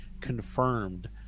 confirmed